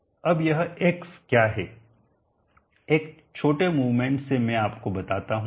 अब यह एक्स क्या है एक छोटे मूवमेंट से में आपको बताता हूं